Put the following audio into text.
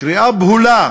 קריאה בהולה